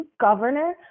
governor